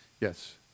Yes